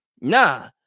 nah